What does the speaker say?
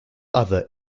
other